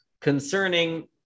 concerning